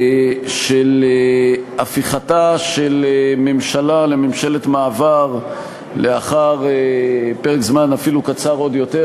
של הפיכתה של ממשלה לממשלת מעבר לאחר פרק זמן אפילו קצר עוד יותר,